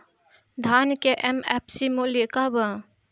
धान के एम.एफ.सी मूल्य का बा?